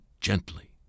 gently